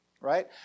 right